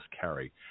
carry